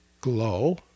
glow